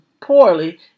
poorly